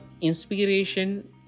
inspiration